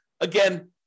Again